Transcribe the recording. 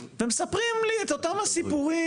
ומספרים לי את אותם הסיפורים.